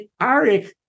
Arik